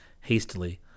hastily